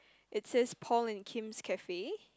it says Paul and Kim's cafe